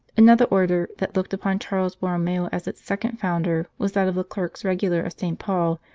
another order that looked upon charles bor romeo as its second founder was that of the clerks regular of st. paul,